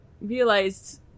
realized